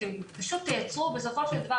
אתם פשוט תייצרו בסופו של דבר,